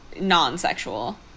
non-sexual